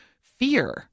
fear